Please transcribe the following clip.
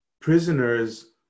prisoners